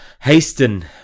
hasten